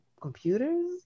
computers